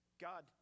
God